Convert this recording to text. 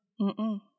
Mm-mm